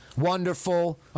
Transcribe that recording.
Wonderful